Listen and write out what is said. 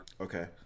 Okay